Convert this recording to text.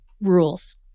rules